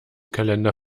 kalender